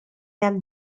hemm